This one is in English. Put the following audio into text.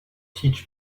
teach